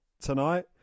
tonight